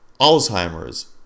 Alzheimer's